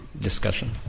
discussion